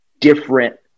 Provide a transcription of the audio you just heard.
different